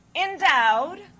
endowed